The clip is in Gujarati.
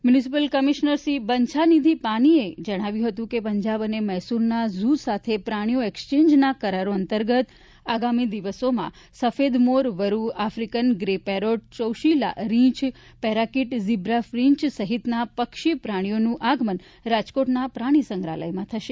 મુનિસિપલ કમિશનર શ્રી બંછાનિધિ પાનીએ જણાવ્યું કે પંજાબ અને મૈસુરનાં ઝ્ર સાથે પ્રાણીઓ એકસચેન્જના કરારો અંતર્ગત આગામી દિવસોમાં સફેદ મોરવરૂ આફીકન ગ્રે પેરોટચૌશીલા રીંછ પેરાકીટ ઝિબ્રા ફિન્ચ સહિતનાં પક્ષીઓ પ્રાણીઓનું આગમન રાજકોટનાં પ્રાણી સંગ્રહાલયમાં થશે